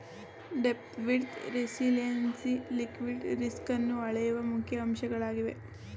depth, width, resilience liquidity ರಿಸ್ಕನ್ನು ಅಳೆಯುವ ಮುಖ್ಯ ಅಂಶಗಳಾಗಿವೆ